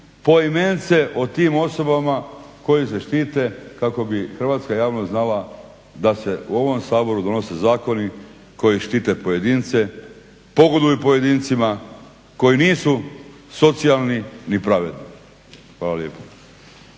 poimence o tim osobama koji se štite kako bi hrvatska javnost znala da se u ovom Saboru donose zakoni koji štite pojedince, pogoduju pojedincima, koji nisu socijalni ni pravedni. Hvala lijepa.